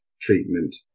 treatment